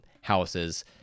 houses